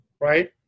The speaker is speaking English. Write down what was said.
right